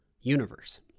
universe